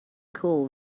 cool